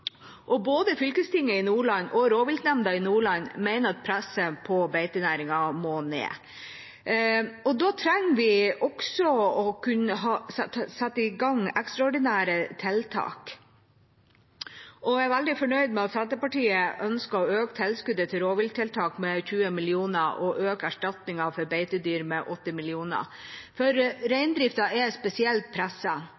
og både fylkestinget i Nordland og rovviltnemnda i Nordland mener at presset på beitenæringen må ned. Da trenger vi også å kunne sette i gang ekstraordinære tiltak. Jeg er veldig fornøyd med at Senterpartiet ønsker å øke tilskuddet til rovvilttiltak med 20 mill. kr og øke erstatningen for beitedyr med 8 mill. kr, for